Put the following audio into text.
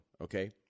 okay